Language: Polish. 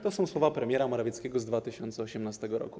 To są słowa premiera Morawieckiego z 2018 r.